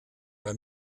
bei